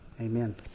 Amen